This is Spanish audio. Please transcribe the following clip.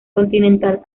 continental